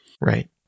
Right